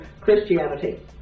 Christianity